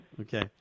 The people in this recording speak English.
Okay